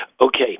Okay